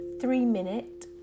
three-minute